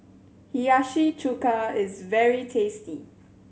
Hiyashi Chuka is very tasty